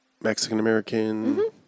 Mexican-American